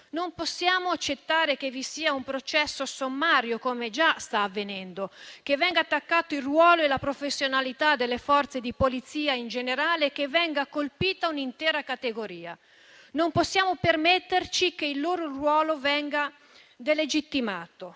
Non possiamo accettare che vi sia un processo sommario, come già sta avvenendo, che venga attaccato il ruolo e la professionalità delle Forze di polizia in generale, che venga colpita un'intera categoria. Non possiamo permetterci che il loro ruolo venga delegittimato.